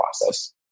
process